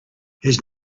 his